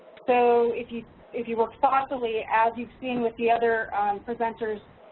so, if you if you work thoughtfully, as you've seen with the other presenters,